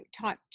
type